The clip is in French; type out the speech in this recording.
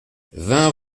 vingt